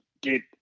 get